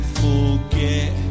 forget